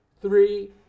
three